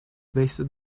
wasted